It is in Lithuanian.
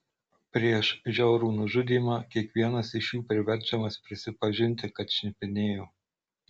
prieš žiaurų nužudymą kiekvienas iš jų priverčiamas prisipažinti kad šnipinėjo